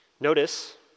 Notice